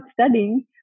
studying